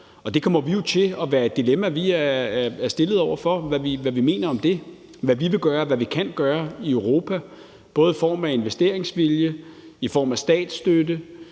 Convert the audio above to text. Det kommer jo til at være et dilemma, vi er stillet over for, i forhold til hvad vi mener om det, hvad vi vil gøre, og hvad vi kan gøre i Europa, både i form af investeringsvilje, i form af statsstøtte,